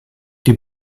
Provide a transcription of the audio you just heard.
die